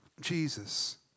Jesus